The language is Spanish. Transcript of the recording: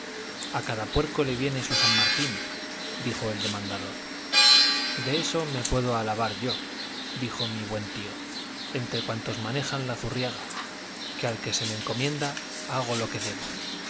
a cada puerco le viene su san martín dijo el demandador de eso me puedo alabar yo dijo mi buen tío entre cuantos manejan la zurriaga que al que se me encomienda hago lo que debo